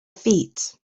feet